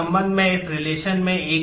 तो इस संबंध में इस रिलेशन हैं